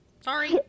Sorry